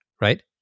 right